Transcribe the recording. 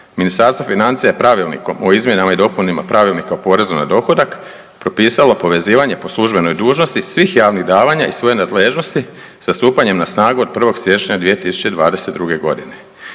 Ministarstvo financija je Pravilnikom o izmjenama i dopunama Pravilnika o porezu na dohodak propisalo povezivanje po službenoj dužnosti svih javnih davanja iz svoje nadležnosti sa stupanjem na snagu od 1. siječnja 2022.g..